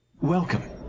Welcome